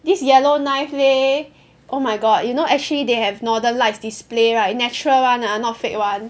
this Yellow Knife leh oh my god you know actually they have northern lights display right natural one ah not fake [one]